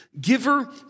Giver